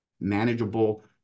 manageable